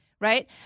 Right